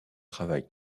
travail